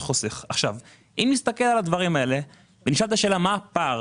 נשאל את השאלה מה הפער